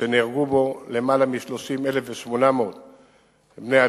שנהרגו בו למעלה מ-30,800 בני-אדם,